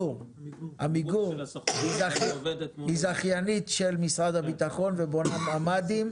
היא זכיינית של משרד הביטחון ובונה ממ"דים.